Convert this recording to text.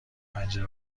پنجره